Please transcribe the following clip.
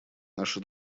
наши